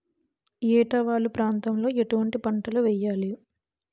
ఏటా వాలు ప్రాంతం లో ఎటువంటి పంటలు వేయాలి?